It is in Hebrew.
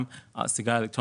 יותר מדרום קוריאה.